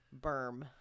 berm